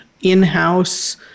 in-house